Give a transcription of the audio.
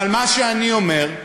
אבל מה שאני אומר,